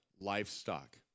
livestock